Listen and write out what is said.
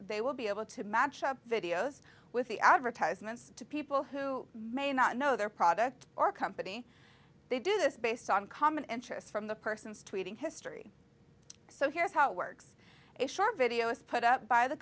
they will be able to match up videos with the advertisements to people who may not know their product or company they do this based on common interest from the person's tweeting history so here's how it works a short video is put up by the